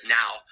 now